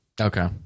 Okay